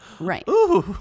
Right